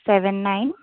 seven nine